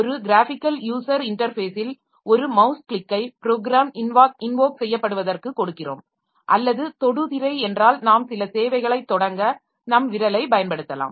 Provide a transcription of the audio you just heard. ஒரு graphical user இன்டர்ஃபேஸில் ஒரு மவுஸ் கிளிக்கை ப்ரோக்ராம் இன்வோக் செய்யப்படுவதற்கு கொடுக்கிறோம் அல்லது தொடுதிரை என்றால் நாம் சில சேவைகளை தொடங்க நம் விரலை பயன்படுத்தலாம்